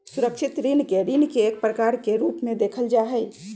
सुरक्षित ऋण के ऋण के एक प्रकार के रूप में देखल जा हई